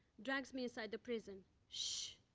drags me inside the prison. shhh,